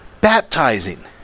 baptizing